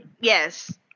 Yes